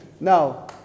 Now